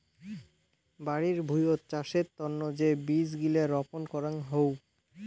বাড়ি ভুঁইয়ত চাষের তন্ন যে বীজ গিলা রপন করাং হউ